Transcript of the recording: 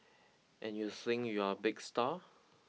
and you think you're a big star